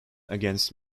against